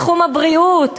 בתחום הבריאות,